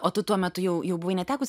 o tu tuo metu jau jau buvai netekus